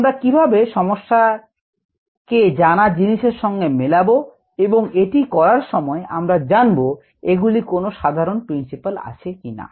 আমরা কিভাবে সমস্যার কে জানা জিনিসের সঙ্গে মেলাবো এবং এটি করার সময় আমরা জানবো এগুলি কোন সাধারণ প্রিন্সিপাল আছে কিনা